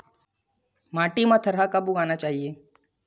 माटी मा थरहा कब उगाना चाहिए?